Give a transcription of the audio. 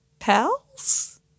Pals